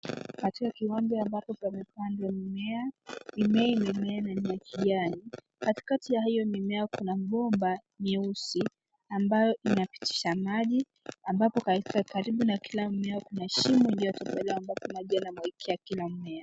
Katika kiwanja ambapo pamepandwa mimea, mimea imemea na ni ya kijani. Katikati ya hiyo mimea kuna bomba nyeusi ambayo inapitisha maji ambapo karibu na kila mmea kuna shimo iliyotobolewa ambapo maji yanamwagikia kila mmea.